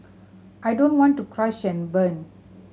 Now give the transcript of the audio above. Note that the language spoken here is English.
I don't want to crash and burn